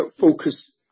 focus